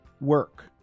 work